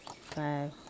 five